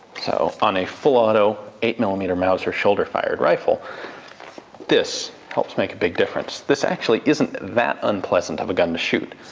so on a full-auto eight mm um you know mauser shoulder-fired rifle this helps make a big difference. this actually isn't that unpleasant of a gun to shoot,